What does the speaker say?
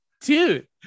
dude